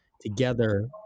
together